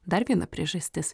dar viena priežastis